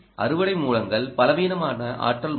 அறுவடை மூலங்கள் பலவீனமான ஆற்றல் மூலங்கள்